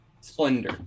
Splendor